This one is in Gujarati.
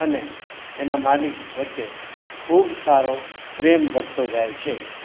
અને એના માલિક વચ્ચે ખૂબ સારો પ્રેમ વધતો જાય છે